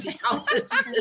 houses